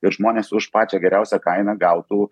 ir žmonės už pačią geriausią kainą gautų